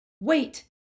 Wait